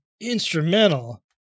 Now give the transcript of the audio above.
instrumental